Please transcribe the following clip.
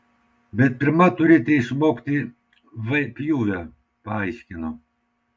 bet pirma turite išmokti v pjūvio paaiškino